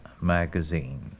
Magazine